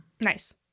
Nice